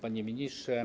Panie Ministrze!